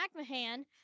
McMahon